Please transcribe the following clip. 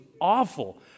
awful